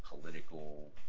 political